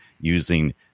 using